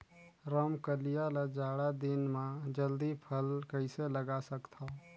रमकलिया ल जाड़ा दिन म जल्दी फल कइसे लगा सकथव?